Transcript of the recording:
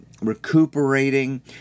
recuperating